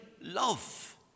love